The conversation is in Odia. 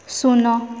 ଶୂନ